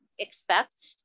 expect